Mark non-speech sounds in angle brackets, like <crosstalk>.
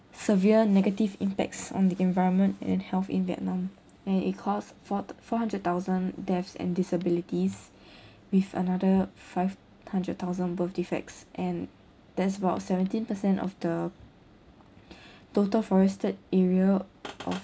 severe negative impacts on the environment and health in vietnam and it cost four d~ four hundred thousand deaths and disabilities <breath> with another five hundred thousand birth defects and there's about seventeen percent of the <breath> total forested area of